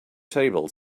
table